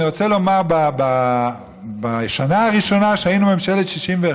אני רוצה לומר, בשנה הראשונה, כשהיינו ממשלת 61,